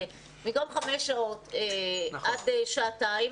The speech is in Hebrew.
זה במקום חמש שעות עד שעתיים,